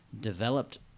developed